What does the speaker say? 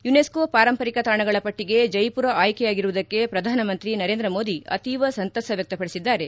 UNESCO ಪಾರಂಪರಿಕ ತಾಣಗಳ ಪಟ್ಟಿಗೆ ಜೈಮರ ಆಯ್ಕೆಯಾಗಿರುವುದಕ್ಕೆ ಪ್ರಧಾನಮಂತ್ರಿ ನೇಂದ್ರ ಮೋದಿ ಅತೀವ ಸಂತಸ ವ್ವಕ್ತಪಡಿಸಿದ್ದಾರೆ